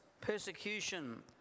persecution